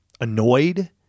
annoyed